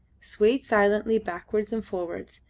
swayed silently backwards and forwards,